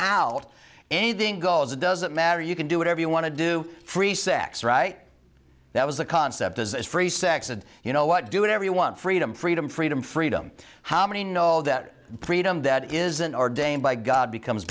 out anything goes it doesn't matter you can do whatever you want to do free sex right that was a concept as free sex and you know what do whatever you want freedom freedom freedom freedom how many know that freedom that isn't ordained by god becomes